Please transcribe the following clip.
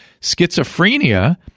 Schizophrenia